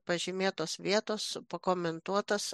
pažymėtos vietos pakomentuotos